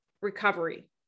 recovery